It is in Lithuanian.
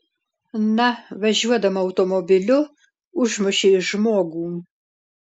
na važiuodama automobiliu užmušei žmogų